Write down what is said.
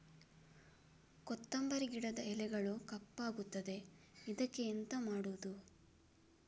ಕೊತ್ತಂಬರಿ ಗಿಡದ ಎಲೆಗಳು ಕಪ್ಪಗುತ್ತದೆ, ಇದಕ್ಕೆ ಎಂತ ಮಾಡೋದು?